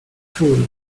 fruit